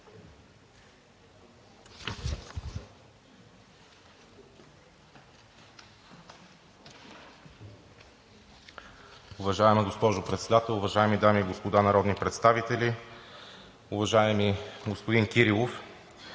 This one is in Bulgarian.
Уважаема госпожо Председател, уважаеми дами и господа народни представители! Уважаеми господин Кирилов,